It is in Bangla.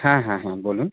হ্যাঁ হ্যাঁ হ্যাঁ বলুন